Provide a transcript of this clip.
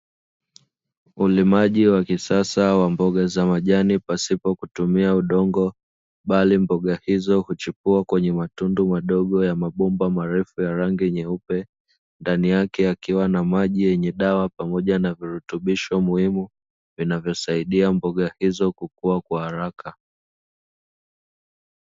Ulimaji wa kisasa wa mboga za majani pasipo kutumia udongo, bali mboga hizo kuchipua kwenye matundu madogo ya mabomba marefu ya rangi nyeupe, ndani yake yakiwa na maji yenye dawa pamoja na virutubisho muhimu, vinavyosaidia mboga hizo kukua kwa haraka.